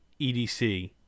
EDC